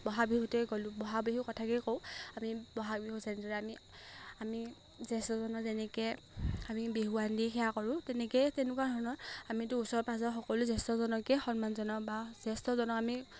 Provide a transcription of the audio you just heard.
বহাগ বিহুতেই গ'লোঁ বহাগ বিহু কথাকেই কওঁ আমি বহাগ বিহু যেনেদৰে আমি আমি জ্যেষ্ঠজনক যেনেকৈ আমি বিহুৱান দি সেৱা কৰোঁ তেনেকেই তেনেকুৱা ধৰণৰ আমিতো ওচৰ পাঁজৰৰ সকলো জ্যেষ্ঠজনকেই সন্মান জনাওঁ বা জ্যেষ্ঠজনক আমি